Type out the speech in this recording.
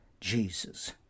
Jesus